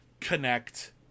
Connect